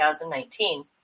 2019